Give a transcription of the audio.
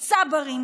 צברים,